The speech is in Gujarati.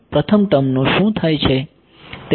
પ્રથમ ટર્મનું શું થાય છે